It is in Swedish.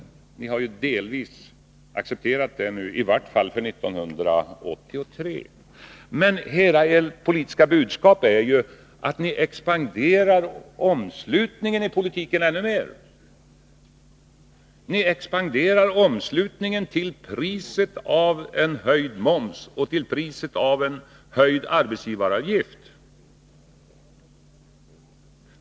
I viss mån har ni ju accepterat det, i vart fall för 1983. Hela ert politiska budskap är ju emellertid att ni expanderar omslutningen i politiken ännu mer. Ni expanderar omslutningen till priset av en höjd moms och en höjd arbetsgivaravgift.